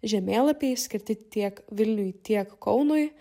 žemėlapiai skirti tiek vilniui tiek kaunui